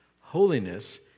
Holiness